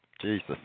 Jesus